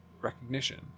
recognition